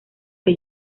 que